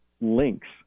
links